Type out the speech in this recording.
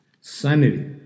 Sanity